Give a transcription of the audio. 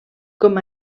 com